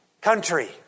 country